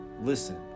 listen